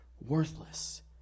worthless